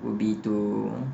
would be to